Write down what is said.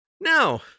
Now